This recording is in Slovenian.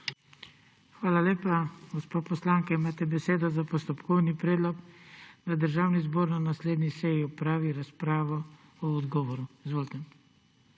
Hvala lepa. Gospa poslanka, imate besedo za postopkovni predlog, da Državni zbor na naslednji seji opravi razpravo o odgovoru. Izvolite.